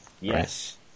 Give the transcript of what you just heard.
Yes